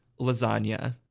lasagna